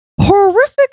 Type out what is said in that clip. horrific